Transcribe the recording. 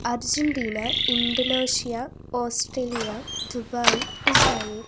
Argentina Indonesia Australia Dubai Israel